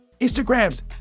Instagrams